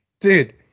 Dude